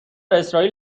اسرائیل